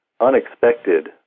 unexpected